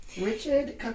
Richard